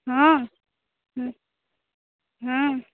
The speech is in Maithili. हँ हँ